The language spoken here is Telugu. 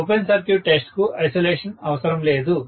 ఓపెన్ సర్క్యూట్ టెస్ట్ కు ఐసోలేషన్ అవసరం లేదు